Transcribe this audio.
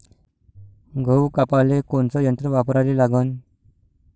गहू कापाले कोनचं यंत्र वापराले लागन?